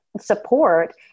support